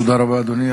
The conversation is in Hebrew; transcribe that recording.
תודה רבה, אדוני.